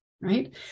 right